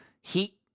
heat